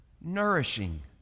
nourishing